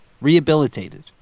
rehabilitated